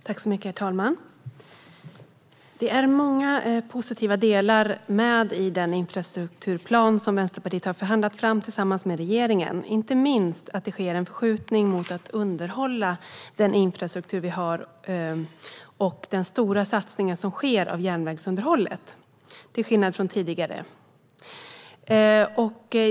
Herr talman! Det finns många konstruktiva delar med i den infrastrukturplan som Vänsterpartiet har förhandlat fram tillsammans med regeringen. Inte minst, och till skillnad från tidigare, sker det en förskjutning mot att underhålla den infrastruktur vi har, och det görs en stor satsning på järnvägsunderhållet.